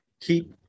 keep